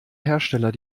hersteller